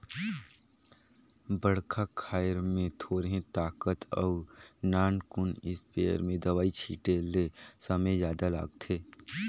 बड़खा खायर में थोरहें ताकत अउ नानकुन इस्पेयर में दवई छिटे ले समे जादा लागथे